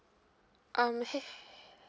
um H